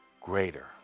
greater